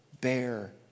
bear